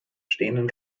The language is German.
stehenden